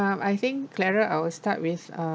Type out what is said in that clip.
I think clara I will start with